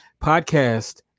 podcast